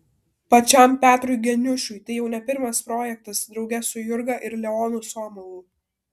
pačiam petrui geniušui tai jau ne pirmas projektas drauge su jurga ir leonu somovu